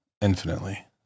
infinitely